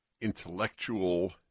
intellectual